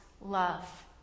love